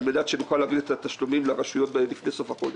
על מנת שנוכל להעביר את התשלומים לרשויות לפני סוף החודש.